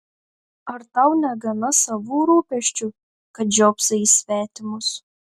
ar tau negana savų rūpesčių kad žiopsai į svetimus